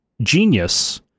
genius